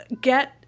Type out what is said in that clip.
get